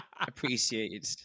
appreciated